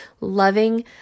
loving